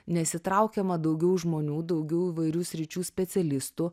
nesitraukiama daugiau žmonių daugiau įvairių sričių specialistų